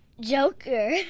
Joker